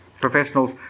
professionals